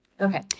okay